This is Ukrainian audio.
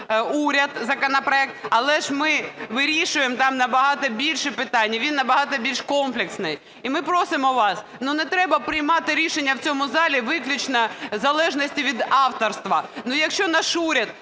уряд законопроект, але ж ми вирішуємо там набагато більше питань і він набагато більш комплексний. І ми просимо вас, ну, не треба приймати рішення в цьому залі виключно в залежності від авторства, ну, якщо наш уряд,